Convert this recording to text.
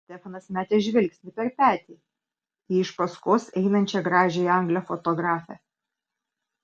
stefanas metė žvilgsnį per petį į iš paskos einančią gražiąją anglę fotografę